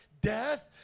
death